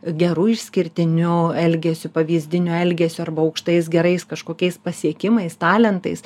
geru išskirtiniu elgesiu pavyzdiniu elgesiu arba aukštais gerais kažkokiais pasiekimais talentais